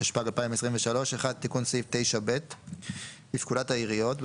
התשפ"ג 2023 תיקון סעיף 9ב 1. בפקודת העיריות,